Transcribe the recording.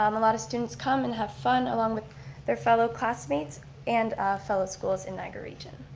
um a lot of students come and have fun along with their fellow classmates and fellow schools in niagara region.